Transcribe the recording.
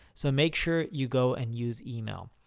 so make sure you go and use email.